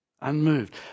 Unmoved